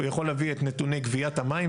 הוא יכול להביא את נתוני גביית המים,